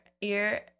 ear